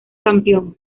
campeón